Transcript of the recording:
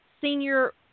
senior